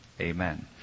Amen